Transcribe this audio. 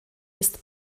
ist